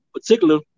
particular